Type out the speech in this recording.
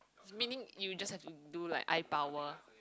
meaning you just have to do like eye power